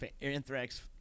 Anthrax